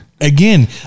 Again